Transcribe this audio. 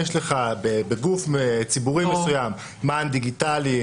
יש לך בגוף ציבורי מסוים מען דיגיטלי,